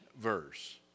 verse